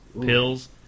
pills